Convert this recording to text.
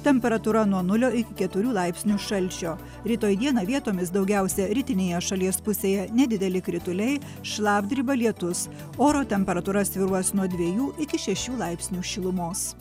temperatūra nuo nulio iki keturių laipsnių šalčio rytoj dieną vietomis daugiausia rytinėje šalies pusėje nedideli krituliai šlapdriba lietus oro temperatūra svyruos nuo dviejų iki šešių laipsnių šilumos